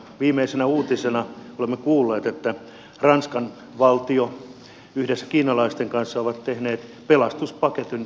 viimeisenä uutisena olemme kuulleet että ranskan valtio on yhdessä kiinalaisten kanssa tehnyt pelastuspaketin autonvalmistaja peugeotille